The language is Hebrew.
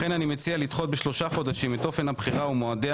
לכן אני מציע לדחות בשלושה חודשים את אופן הבחירה ומועדיה